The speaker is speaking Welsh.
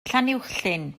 llanuwchllyn